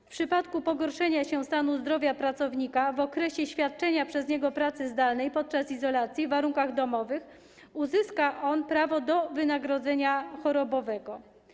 W przypadku pogorszenia się stanu zdrowia pracownika w okresie świadczenia przez niego pracy zdalnej podczas izolacji w warunkach domowych uzyska on prawo do wynagrodzenia chorobowego.